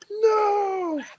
No